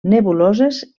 nebuloses